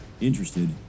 interested